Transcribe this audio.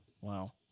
Wow